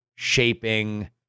Shaping